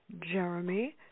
Jeremy